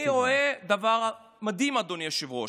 אני רואה דברים מדהים, אדוני היושב-ראש.